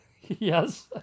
Yes